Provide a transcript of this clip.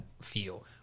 feel